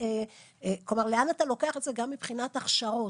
ולאן אתה לוקח את זה גם מבחינת הכשרות,